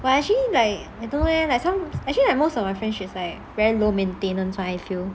well actually like I don't know leh like some actually like most of my friendships like very low maintenance one I feel